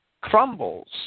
crumbles